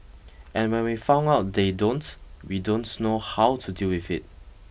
and when we found out they don't we don't know how to deal with it